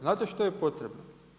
Znate šta je potrebno?